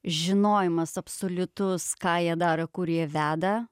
žinojimas absoliutus ką jie daro kur jie veda